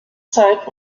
zeit